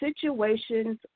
situations